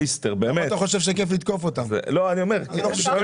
אנחנו כאן